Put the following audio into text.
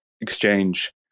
Exchange